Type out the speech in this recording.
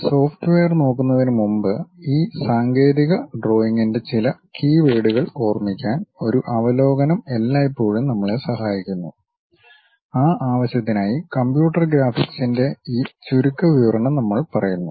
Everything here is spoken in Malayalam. ഈ സോഫ്റ്റ്വെയർ നോക്കുന്നതിന് മുമ്പ് ഈ സാങ്കേതിക ഡ്രോയിംഗിന്റെ ചില കീവേഡുകൾ ഓർമ്മിക്കാൻ ഒരു അവലോകനം എല്ലായ്പ്പോഴും നമ്മളെ സഹായിക്കുന്നു ആ ആവശ്യത്തിനായി കമ്പ്യൂട്ടർ ഗ്രാഫിക്സിന്റെ ഈ ചുരുക്കവിവരണം നമ്മൾ പറയുന്നു